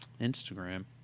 Instagram